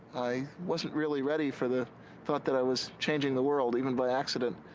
i wasn't really ready for the thought that i was changing the world even by accident.